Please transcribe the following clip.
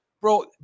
bro